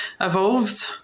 evolved